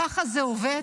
ככה זה עובד?